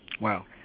wow